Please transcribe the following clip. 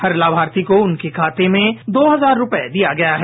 हर लाभार्थी को उनके खाते में दो हजार रु दिया गया है